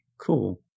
cool